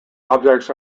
objects